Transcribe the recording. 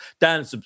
Dan